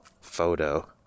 photo